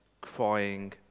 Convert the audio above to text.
crying